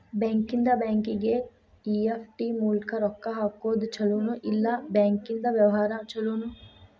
ಬ್ಯಾಂಕಿಂದಾ ಬ್ಯಾಂಕಿಗೆ ಇ.ಎಫ್.ಟಿ ಮೂಲ್ಕ್ ರೊಕ್ಕಾ ಹಾಕೊದ್ ಛಲೊನೊ, ಇಲ್ಲಾ ಬ್ಯಾಂಕಿಂದಾ ವ್ಯವಹಾರಾ ಛೊಲೊನೊ?